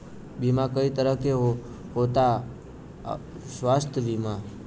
बीमा कई तरह के होता स्वास्थ्य बीमा?